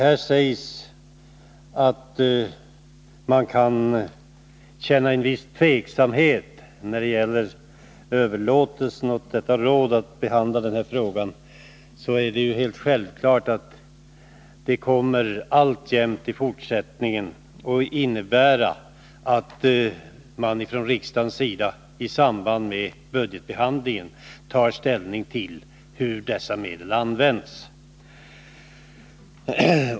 Här sägs att man kan känna en viss tveksamhet inför att överlåta åt skogsoch jordbrukets forskningsråd att behandla denna fråga. Men det är alldeles självklart att riksdagen alltjämt i samband med budgetbehandlingen kommer att ta ställning till hur medlen används.